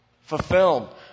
fulfilled